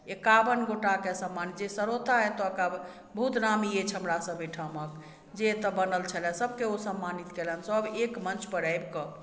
एकाबन गोटाके सम्मानित जे सरौता एतुका बहुत नामी अछि हमरा सब अइ ठामक जे एतऽ बनल छलै सबके ओ सम्मानित कयलनि सब एक मंचपर आबि कऽ